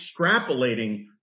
extrapolating